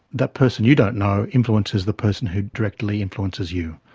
that person you don't know influences the person who directly influences you.